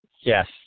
Yes